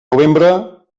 novembre